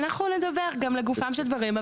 אנחנו נדבר גם לגופם של דברים.